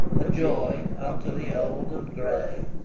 a joy unto the old and gray.